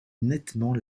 nettement